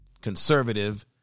conservative